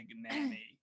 nanny